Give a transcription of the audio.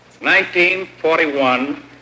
1941